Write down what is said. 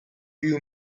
you